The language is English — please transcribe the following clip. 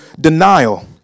denial